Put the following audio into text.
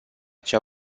cea